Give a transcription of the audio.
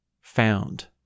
found